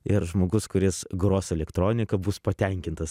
ir žmogus kuris gros elektroniką bus patenkintas